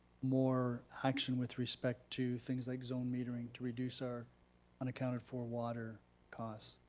more action with respect to things like zone metering to reduce our unaccounted for water costs.